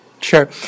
Sure